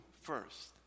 first